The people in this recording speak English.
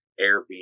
Airbnb